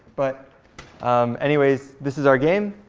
but um anyways, this is our game.